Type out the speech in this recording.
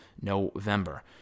November